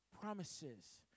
promises